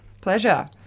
pleasure